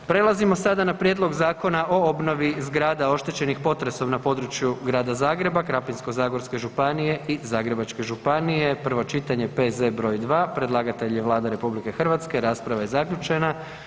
Prelazimo sada na Prijedlog zakona o obnovi zgrada oštećenih potresom na području Grada Zagreba, Krapinsko-zagorske županije i Zagrebačke županije, prvo čitanje, P.Z. br. 2, predlagatelj je Vlada RH, rasprava je zaključena.